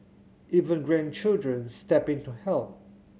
even grandchildren step in to help